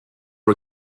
for